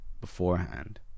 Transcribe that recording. beforehand